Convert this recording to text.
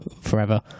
forever